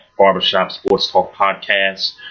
BarbershopSportsTalkPodcast